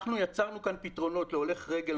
אנחנו יצרנו כאן פתרונות להולך רגל.